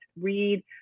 read